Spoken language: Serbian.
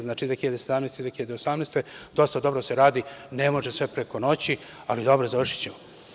Znači, 2017. i 2018. godine, dosta dobro se radi, ne može sve preko noći, ali dobro, završićemo.